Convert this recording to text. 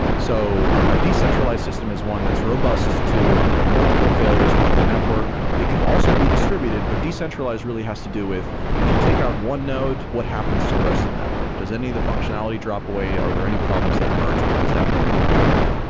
so a decentralized system is one that's robust to you know multiple failures within the network. it can also be distributed, but decentralized really has to do with if you take out one node, what happens to the rest of the network? does any of the functionality drop away? are there any problems that emerge because that one guy left?